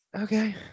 Okay